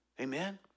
Amen